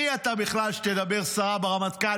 מי אתה בכלל שתדבר סרה ברמטכ"ל,